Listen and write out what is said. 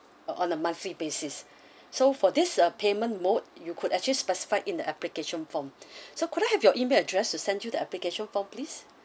uh on a monthly basis so for this uh payment mode you could actually specified in the application form so could I have your email address to send you the application form please